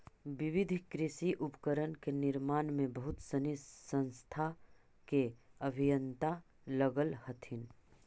विविध कृषि उपकरण के निर्माण में बहुत सनी संस्था के अभियंता लगल हथिन